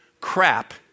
crap